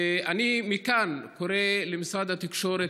ומכאן אני קורא למשרד התקשורת,